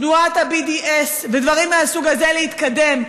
תנועת ה-BDS ודברים מהסוג הזה להתקדם.